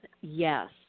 yes